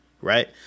right